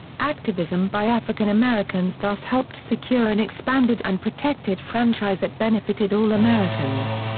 activism by african americans thus helped secure an expanded and protected franchise that benefited all americans.